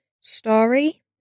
story